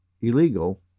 illegal